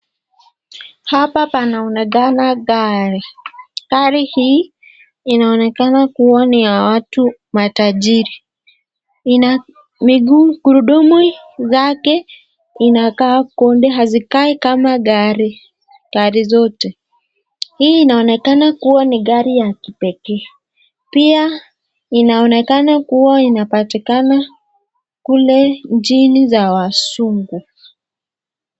Hapa panaonekana gari. Gari hii inaonekana kuwa ni ya watu matajiri. Ina miguu, gurudumu zake inakaa konde hazikai kama gari zote. Hii inaonekana kuwa ni gari ya kipekee. Pia inaonekana kuwa inapatikana kula nchini za wazungu.